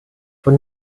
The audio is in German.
von